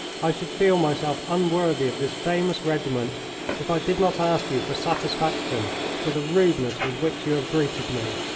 i should feel myself unworthy of this famous regiment if i did not ask you for satisfaction for the rudeness with which you have greeted me,